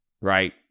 Right